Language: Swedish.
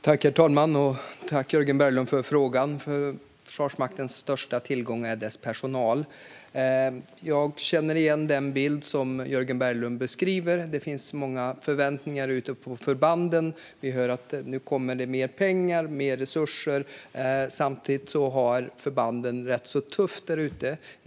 Herr talman! Tack, Jörgen Berglund, för frågan! Försvarsmaktens största tillgång är dess personal. Jag känner igen den bild som Jörgen Berglund ger. Det finns många förväntningar ute på förbanden. Man hör att det kommer mer pengar och mer resurser, men samtidigt har förbanden det rätt tufft där ute.